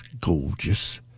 Gorgeous